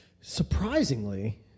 Surprisingly